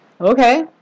Okay